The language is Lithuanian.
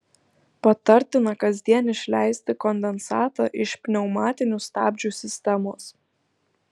patartina kasdien išleisti kondensatą iš pneumatinių stabdžių sistemos